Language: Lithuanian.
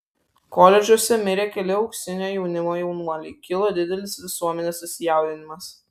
koledžuose mirė keli auksinio jaunimo jaunuoliai kilo didelis visuomenės susijaudinimas